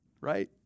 Right